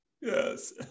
Yes